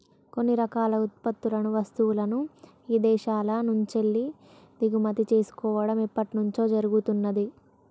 కొన్ని రకాల ఉత్పత్తులను, వస్తువులను ఇదేశాల నుంచెల్లి దిగుమతి చేసుకోడం ఎప్పట్నుంచో జరుగుతున్నాది